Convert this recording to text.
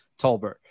Tolbert